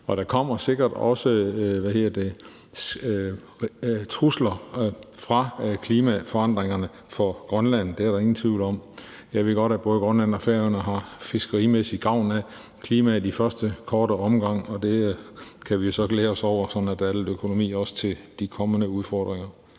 Og der kommer sikkert også trusler fra klimaforandringerne i Grønland – det er der ingen tvivl om. Jeg ved godt, at både Grønland og Færøerne har fiskerimæssigt gavn af klimaforandringerne i første korte omgang, og vi kan jo så glæde os over, at der også er lidt økonomi til de kommende udfordringer.